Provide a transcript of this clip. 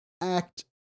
act